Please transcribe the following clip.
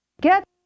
get